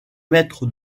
mètres